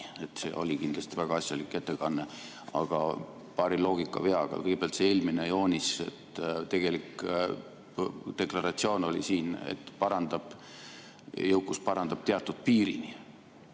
See oli kindlasti väga asjalik ettekanne, aga paari loogikaveaga. Kõigepealt see eelmine joonis. Tegelik deklaratsioon oli siin, et jõukus parandab teatud piirini.